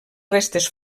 restes